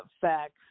facts